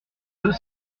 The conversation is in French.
deux